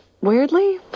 Weirdly